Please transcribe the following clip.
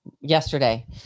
yesterday